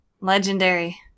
legendary